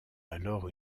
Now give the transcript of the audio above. alors